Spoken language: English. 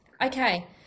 Okay